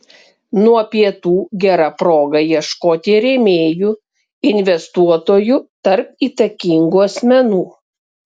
nuo pietų gera proga ieškoti rėmėjų investuotojų tarp įtakingų asmenų